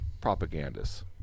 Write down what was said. propagandists